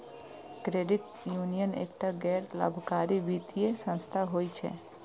credit union एकटा गैर लाभकारी वित्तीय संस्थान होइ छै